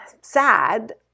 sad